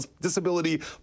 disability